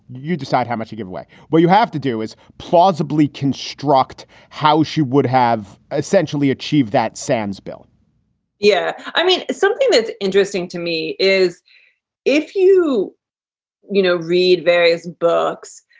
you decide how much to give away. well, you have to do is plausibly construct how she would have essentially achieved that sans bill yeah, i mean, something that's interesting to me is if you you know read various books